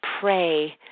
pray